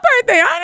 birthday